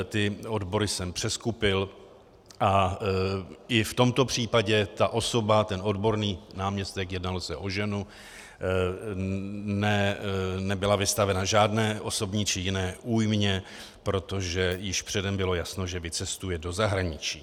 Ty odbory jsem přeskupil a i v tomto případě ta osoba, ten odborník, náměstek, jednalo se o ženu, nebyla vystavena žádné osobní či jiné újmě, protože již předem bylo jasno, že vycestuje do zahraničí.